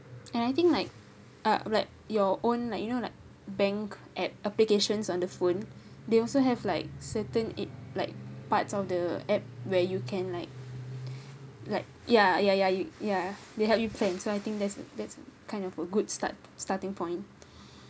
and I think uh like your own like you know like bank app applications on the phone they also have like certain it like parts of the app where you can like like ya ya ya ya ya they help you plan so I think that's that's kind of a good start starting point